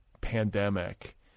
pandemic